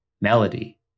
Melody